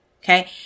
Okay